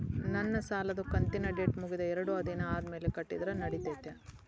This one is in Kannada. ನನ್ನ ಸಾಲದು ಕಂತಿನ ಡೇಟ್ ಮುಗಿದ ಎರಡು ದಿನ ಆದ್ಮೇಲೆ ಕಟ್ಟಿದರ ನಡಿತೈತಿ?